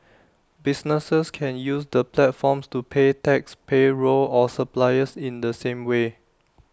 businesses can use the platforms to pay taxes payroll or suppliers in the same way